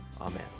amen